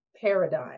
paradigm